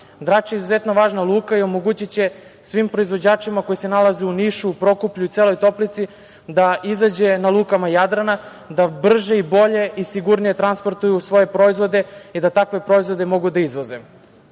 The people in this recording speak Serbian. Drač je izuzetno važna luka i omogućiće svim proizvođačima koji se nalaze u Nišu, Prokuplju i celoj Toplici da izađe na luke Jadrana, da brže, bolje i sigurnije transportuju svoje proizvode i da takve proizvode mogu da izvoze. Znate,